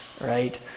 right